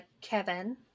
Kevin